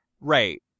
Right